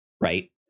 right